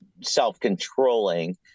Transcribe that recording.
self-controlling